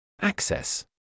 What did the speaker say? Access